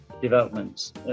developments